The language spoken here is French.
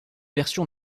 version